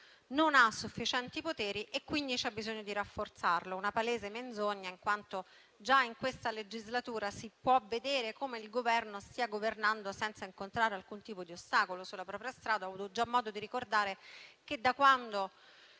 non hanno sufficienti poteri e quindi c'è bisogno di rafforzarli. È una palese menzogna in quanto già in questa legislatura si può vedere come il Governo stia governando senza incontrare alcun tipo di ostacolo sulla propria strada. Ho avuto già modo di ricordare che da quando